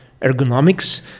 ergonomics